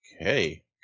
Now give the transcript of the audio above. Okay